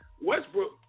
Westbrook